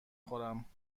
خورم